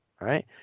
right